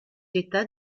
état